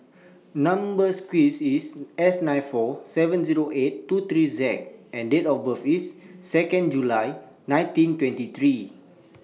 Number sequence IS S nine four seven Zero eight two three Z and Date of birth IS Second July nineteen twenty three